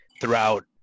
throughout